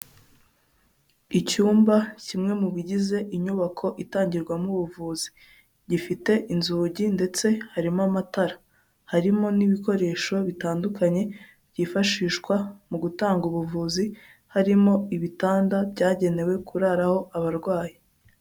Icyumba kimwe mu bigize inyubako itangirwamo ubuvuzi gifite inzugi ndetse harimo amatara, harimo n'ibikoresho bitandukanye byifashishwa mu gutanga ubuvuzi harimo ibitanda byagenewe kuraraho abarwayi.